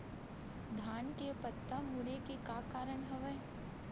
धान के पत्ता मुड़े के का कारण हवय?